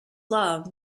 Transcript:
love